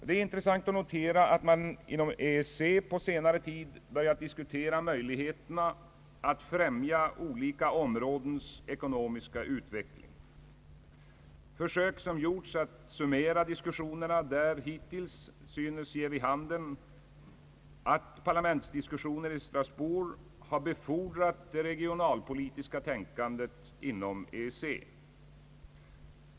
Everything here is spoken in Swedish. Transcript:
Det är intressant att notera att man inom EEC på senare tid har börjat diskutera möjligheterna att främja olika områdens ekonomiska utveckling. Försök som gjorts att summera diskussionerna hittills synes ge vid handen, att parlamentsdebatterna i Strasbourg har befordrat det regionalpolitiska tänkandet inom EEC.